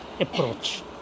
approach